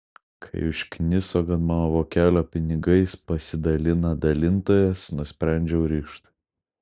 kai užkniso kad mano vokelio pinigais pasidalina dalintojas nusprendžiau rišt